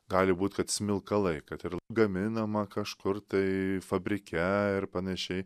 gali būt kad smilkalai kad ir gaminama kažkur tai fabrike ir panašiai